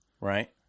Right